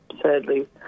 sadly